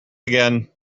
again